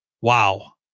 wow